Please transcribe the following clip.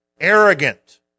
arrogant